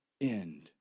end